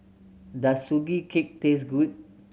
does Sugee Cake taste good